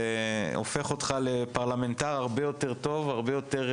זה הופך אותך לפרלמנטר הרבה יותר טוב וממוקד.